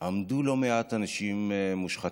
עמדו לא מעט אנשים מושחתים,